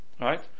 right